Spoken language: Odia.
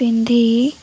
ପିନ୍ଧି